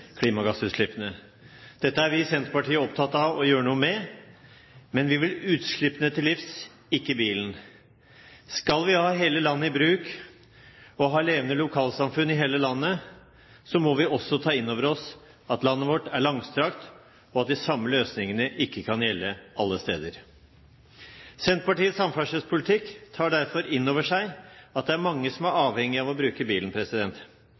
klimagassutslippene. Dette er vi i Senterpartiet opptatt av å gjøre noe med, men vi vil utslippene til livs, ikke bilen. Skal vi ta hele landet i bruk og ha levende lokalsamfunn i hele landet, må vi også ta inn over oss at landet vårt er langstrakt, og at de samme løsningene ikke kan gjelde alle steder. Senterpartiets samferdselspolitikk tar derfor inn over seg at det er mange som er avhengige av å bruke bilen.